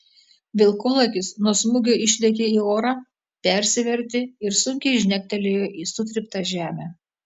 vilkolakis nuo smūgio išlėkė į orą persivertė ir sunkiai žnektelėjo į sutryptą žemę